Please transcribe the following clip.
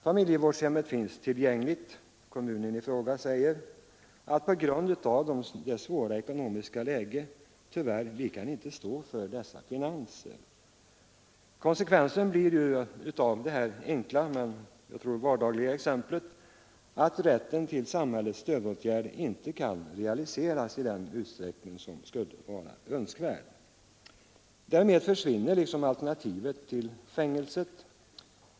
Familjevårdshemmet finns tillgängligt, men kommunen i fråga säger att på grund av det svåra ekonomiska läget kan den tyvärr inte stå för finanserna. Konsekvensen av detta enkla men jag tror vardagliga exempel blir att rätten till samhällets stödåtgärd inte kan realiseras i den utsträckning som skulle vara önskvärt. Därmed försvinner alternativet till fängelse.